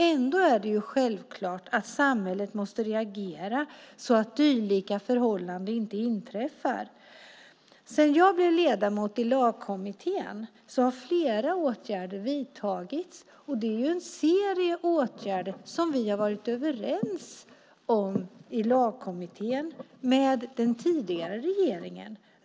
Ändå är det självklart att samhället måste reagera så att dylika förhållanden inte inträffar. Sedan jag blev ledamot i Lagkommittén har flera åtgärder vidtagits. Det är en serie åtgärder som vi i kommittén har varit överens om med den tidigare regeringen.